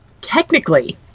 Technically